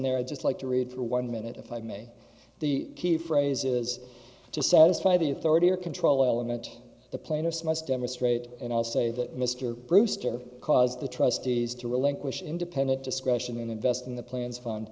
there i'd just like to read for one minute if i may the key phrase is to satisfy the authority or control element to the plan or smarts demonstrate and i'll say that mr brewster caused the trustees to relinquish independent discretion and invest in the plans fund